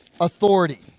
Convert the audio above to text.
authority